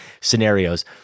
scenarios